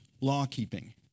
law-keeping